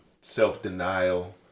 self-denial